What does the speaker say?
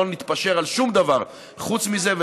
לא נתפשר על שום דבר חוץ מזה, תודה.